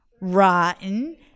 rotten